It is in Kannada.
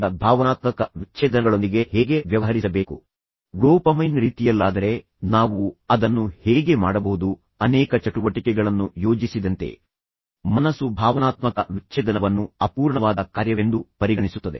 ಈಗ ಭಾವನಾತ್ಮಕ ವಿಚ್ಛೇದನಗಳೊಂದಿಗೆ ಹೇಗೆ ವ್ಯವಹರಿಸಬೇಕು ಡೋಪಮೈನ್ ರೀತಿಯಲ್ಲಾದರೆ ನಾವು ಅದನ್ನು ಹೇಗೆ ಮಾಡಬಹುದು ಅನೇಕ ಚಟುವಟಿಕೆಗಳನ್ನು ಯೋಜಿಸಿದಂತೆ ಮನಸ್ಸು ಭಾವನಾತ್ಮಕ ವಿಚ್ಛೇದನವನ್ನು ಅಪೂರ್ಣವಾದ ಕಾರ್ಯವೆಂದು ಪರಿಗಣಿಸುತ್ತದೆ